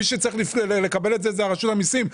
מי שצריך לקבל את זה, זאת רשות המיסים.